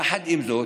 יחד עם זאת,